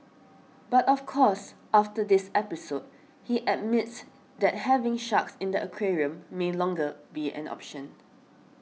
but of course after this episode he admits that having sharks in the aquarium may longer be an option